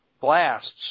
blasts